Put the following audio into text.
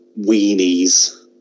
weenies